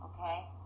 okay